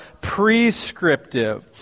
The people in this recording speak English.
prescriptive